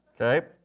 Okay